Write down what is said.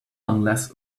unless